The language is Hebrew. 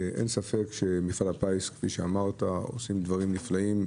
אין ספק, מפעל הפיס עושה דברים נפלאים.